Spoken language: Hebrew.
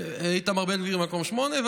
איתמר בן גביר במקום שמיני,